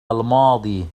الماضي